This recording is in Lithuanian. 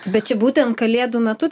bet čia būtent kalėdų metu